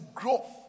growth